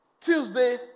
Tuesday